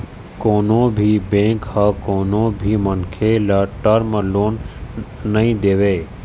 कोनो भी बेंक ह कोनो भी मनखे ल टर्म लोन नइ देवय